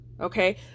Okay